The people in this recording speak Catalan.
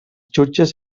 jutges